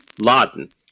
Laden